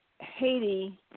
Haiti